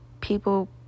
people